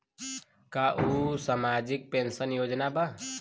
का उ सामाजिक पेंशन योजना बा?